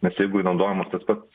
nes jeigu naudojamas tas pats